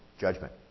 judgment